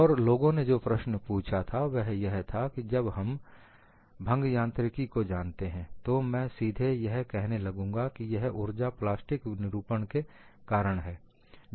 और लोगों ने जो प्रश्न पूछा था वह यह था अब हम भंग यांत्रिकी को जानते हैं तो मैं सीधे यह कहने लगूंगा की यह ऊर्जा प्लास्टिक निरूपण के कारण है